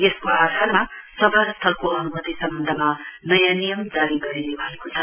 यसको आधारमा सभा स्थलको अनुमति सम्वन्धमा नयाँ नियम जारी गरिने भएको छ